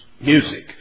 music